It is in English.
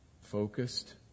focused